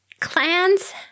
Clans